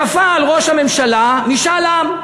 כפה על ראש הממשלה משאל עם.